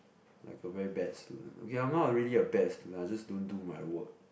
like a very bad student okay I'm not really a bad student I just don't do my work